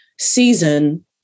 season